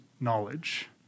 knowledge